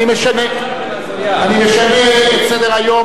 אני משנה את סדר-היום,